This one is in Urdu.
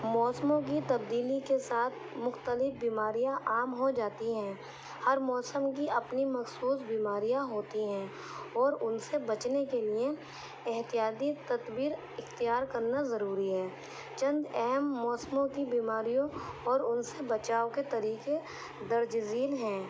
موسموں کی تبدیلی کے ساتھ مختلف بیماریاں عام ہو جاتی ہیں ہر موسم کی اپنی مخصوص بیماریاں ہوتی ہیں اور ان سے پچنے کے لیے احتیاطی تدبیر اختیار کرنا ضروری ہے چند اہم موسموں کی بیماریوں اور ان سے بچاؤ کے طریقے درج ذیل ہیں